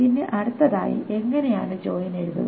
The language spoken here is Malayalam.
പിന്നെ അടുത്തതായി എങ്ങനെയാണ് ജോയിൻ എഴുതുക